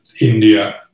India